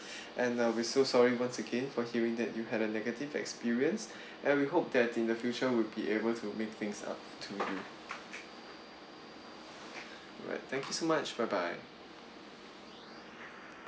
and uh we're so sorry once again for hearing that you had a negative experience and we hope that in the future we'll be able to make things up to you alright thank you so much bye bye